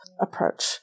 approach